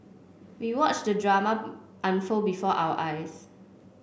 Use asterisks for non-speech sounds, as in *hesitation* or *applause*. we watched the drama *hesitation* unfold before our eyes